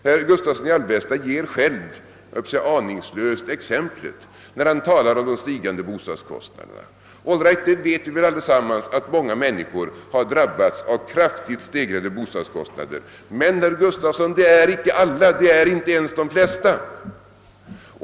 Herr Gustavsson i Alvesta ger själv aningslöst exemplet när han talar om de stigande bostadskostnaderna. All right, vi vet allesammans att många människor har drabbats av kraftigt stegrade bostadskostnader. Men, herr Gustavsson, det gäller icke alla, inte ens de flesta.